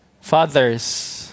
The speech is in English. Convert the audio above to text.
Fathers